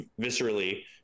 viscerally